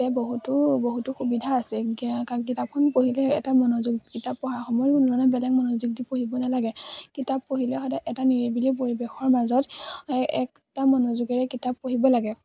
বহুতো বহুতো সুবিধা আছে কিতাপখন পঢ়িলে এটা মনোযোগ কিতাপ পঢ়া সময়ত মোৰ বেলেগ মনোযোগ দি পঢ়িব নালাগে কিতাপ পঢ়িলে সদায় এটা নিৰিবিলি পৰিৱেশৰ মাজত এক মনোযোগেৰে কিতাপ পঢ়িব লাগে